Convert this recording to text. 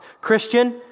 Christian